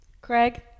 Craig